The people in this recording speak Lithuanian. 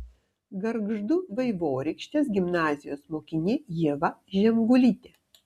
gargždų vaivorykštės gimnazijos mokinė ieva žemgulytė